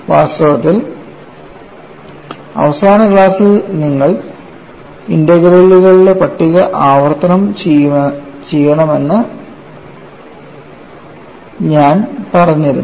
വാസ്തവത്തിൽ അവസാന ക്ലാസ്സിൽ നിങ്ങൾ ഇന്റഗ്രലുകളുടെ പട്ടിക ആവർത്തനം ചെയ്യണമെന്ന് ഞാൻ പറഞ്ഞിരുന്നു